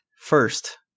first